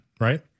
right